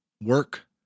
work